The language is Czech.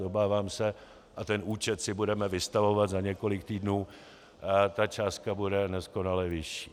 Obávám se, a ten účet si budeme vystavovat za několik týdnů, ta částka bude neskonale vyšší.